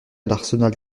l’arsenal